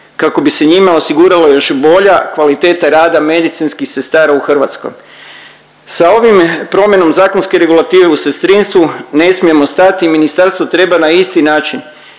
kako bi se njime osiguralo još i bolja kvaliteta rada medicinskih sestara u Hrvatskoj. Sa ovime promjenom zakonske regulative u sestrinstvu ne smijemo stati i ministarstvo treba na isti način